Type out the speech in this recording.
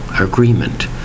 agreement